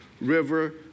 river